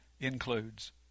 includes